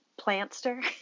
plantster